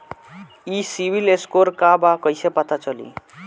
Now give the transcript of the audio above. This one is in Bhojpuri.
ई सिविल स्कोर का बा कइसे पता चली?